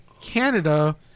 canada